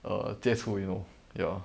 err 接触 you know ya